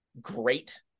great